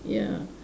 ya